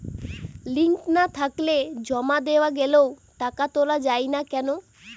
Link না থাকলে জমা দেওয়া গেলেও টাকা তোলা য়ায় না কেন?